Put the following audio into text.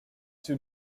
too